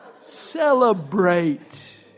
Celebrate